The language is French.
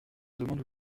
demande